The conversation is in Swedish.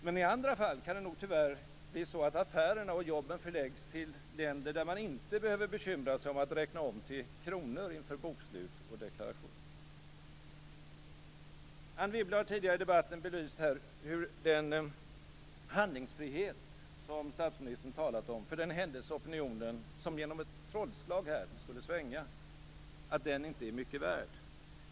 Men i andra fall kan det tyvärr bli så att affärerna och jobben förläggs till länder där man inte behöver bekymra sig om att räkna om till kronor inför bokslut och deklaration. Anne Wibble har tidigare i debatten belyst hur den handlingsfrihet som statsministern talat om, för den händelse opinionen som genom ett trollslag skulle svänga, inte är mycket värd.